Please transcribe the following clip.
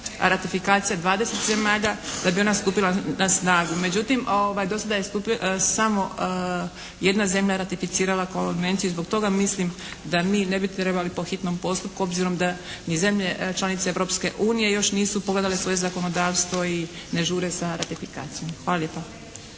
ratifikacija 20 zemalja da bi ona stupila na snagu. Međutim, do sada je stupilo, samo jedna zemlja ratificirala Konvenciju. I zbog toga mislim da mi ne bi trebali po hitnom postupku, obzirom da ni zemlje članice Europske unije još nisu pogledale svoje zakonodavstvo i ne žure sa ratifikacijom. Hvala lijepa.